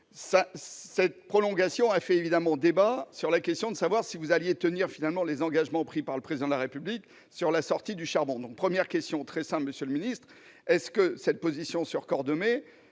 Cette prolongation a évidemment ouvert un débat sur la question de savoir si vous alliez tenir les engagements pris par le Président de la République quant à la sortie du charbon. Première question très simple, monsieur le ministre d'État : cette position sur Cordemais